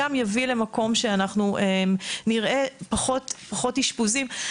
יביא למקום שאנחנו נראה פחות אשפוזים.